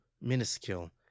minuscule